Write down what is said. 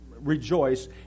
rejoice